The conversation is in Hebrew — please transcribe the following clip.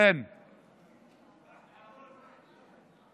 תעביר זמן.